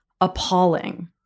appalling